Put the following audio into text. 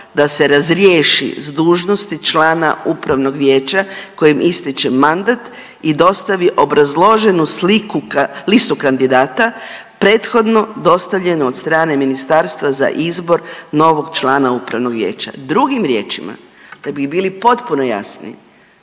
da se razriješi s dužnosti člana Upravnog vijeća kojem ističe mandat i dostavi obrazloženu sliku, listu kandidata prethodno dostavljeno od strane Ministarstva za izbor novog člana Upravnog vijeća. Drugim riječima, da bi bili potpuno jasni,